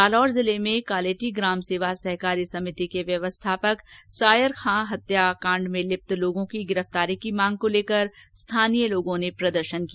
जालौर जिले में कालेटी ग्राम सेवा सहकारी समिति के व्यवस्थापक सायर खां की हत्या में लिप्त लोगों की गिरफ्तारी की मांग को लेकर स्थानीय लोगों ने प्रदर्शन किया